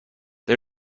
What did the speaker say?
the